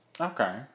Okay